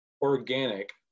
organic